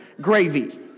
Gravy